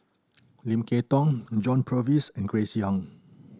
Lim Kay Tong John Purvis and Grace Young